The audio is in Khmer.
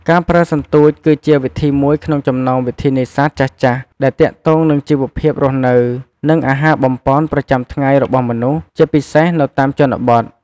ការប្រើសន្ទូចគឺជាវិធីមួយក្នុងចំណោមវិធីនេសាទចាស់ៗដែលទាក់ទងនឹងជីវភាពរស់នៅ និងអាហារបំប៉នប្រចាំថ្ងៃរបស់មនុស្ស ជាពិសេសនៅតាមជនបទ។